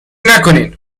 نکنین